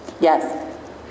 Yes